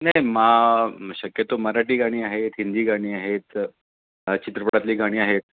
नाही मा शक्यतो मराठी गाणी आहेत हिंदी गाणी आहेत चित्रपटातली गाणी आहेत